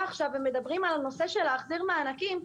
עכשיו ומדברים על הנושא של להחזיר מענקים,